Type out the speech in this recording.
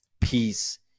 peace